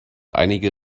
einige